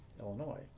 Illinois